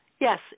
Yes